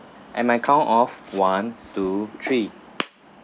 in my count of one two three